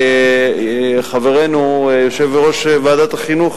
חברנו יושב-ראש ועדת החינוך,